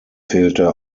fehlte